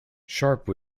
sharpe